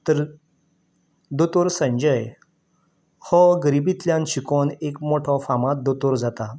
तर दोतोर संजय हो गरिबींतल्यान शिकोन एक मोठो फामाद दोतोर जाता